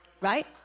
right